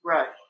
Right